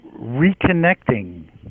reconnecting